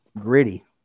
gritty